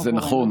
זה נכון.